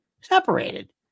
separated